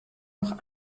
noch